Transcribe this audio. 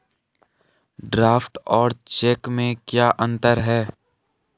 Draft और cheque में क्या अंतर है?